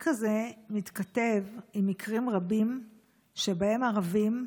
התיק הזה מתכתב עם מקרים רבים שבהם ערבים,